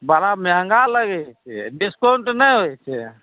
बड़ा मेहँगा लगै छियै डिस्काउन्ट नहि होइ छियै